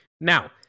Now